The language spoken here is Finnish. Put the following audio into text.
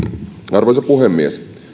arvoisa puhemies